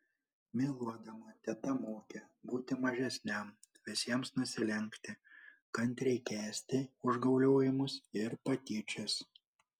myluodama teta mokė būti mažesniam visiems nusilenkti kantriai kęsti užgauliojimus ir patyčias